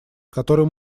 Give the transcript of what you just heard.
который